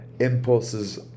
Impulses